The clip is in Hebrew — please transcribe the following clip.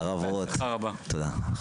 אתה תהיה עם כולם.